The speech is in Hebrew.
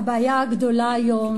הבעיה הגדולה היום,